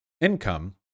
income